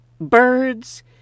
birds